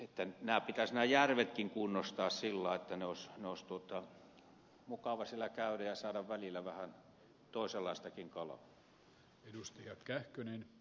nämä järvetkin pitäisi kunnostaa sillä tavalla että olisi mukava siellä käydä ja saisi välillä vähän toisenlaistakin kalaa